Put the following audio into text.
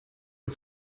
are